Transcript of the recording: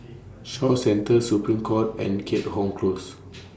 Shaw Centre Supreme Court and Keat Hong Close